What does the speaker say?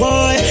Boy